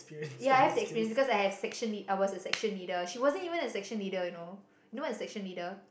ya I have that experience because I have section lea~ I was a section leader she wasn't even a section leader you know you know what is section leader